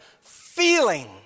feeling